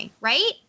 Right